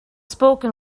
spoken